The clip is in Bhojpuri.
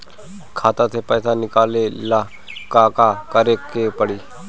खाता से पैसा निकाले ला का का करे के पड़ी?